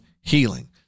healing